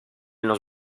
los